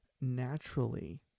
Naturally